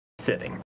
sitting